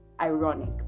ironic